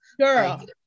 girl